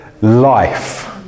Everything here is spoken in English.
life